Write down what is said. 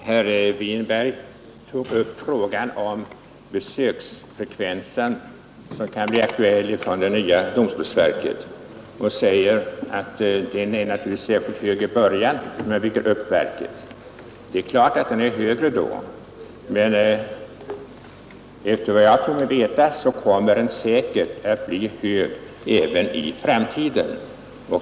Herr talman! Herr Winberg tog upp frågan om den besöksfrekvens som kan bli aktuell för det nya domstolsverket och sade att den naturligtvis kommer att bli särskilt hög i början, när verket byggs upp. Det är klart att den blir högre då, men den kommer säkert att bli hög även därefter.